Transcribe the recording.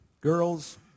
Girls